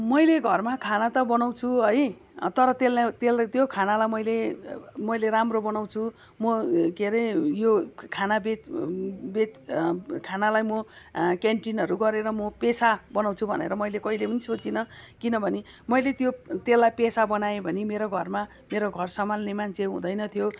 मैले घरमा खाना त बनाउँछु है तर त्यसलाई त्यसलाई त्यो खानालाई मैले मैले राम्रो बनाउँछु म के रे यो खाना बेच् खानालाई म क्यान्टिनहरू गरेर म पेसा बनाउँछु भनेर मैले कहिल्यै सोचिनँ किनभने मैले त्यो तेल्लाई पेसा बनाएँ भने मेरो घरमा मेरो घर सम्हाल्ने मान्छे हुँदैनथ्यो